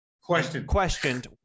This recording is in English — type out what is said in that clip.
questioned